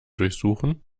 durchsuchen